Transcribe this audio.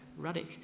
Ruddick